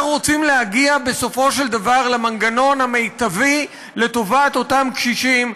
אנחנו רוצים להגיע בסופו של דבר למנגנון המיטבי לטובת אותם קשישים,